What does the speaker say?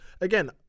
Again